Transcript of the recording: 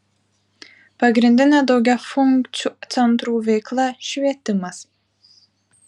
pagrindinė daugiafunkcių centrų veikla švietimas